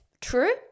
True